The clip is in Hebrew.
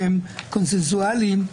שהם קונצנזואליים,